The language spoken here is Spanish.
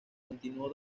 continuó